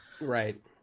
Right